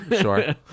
Sure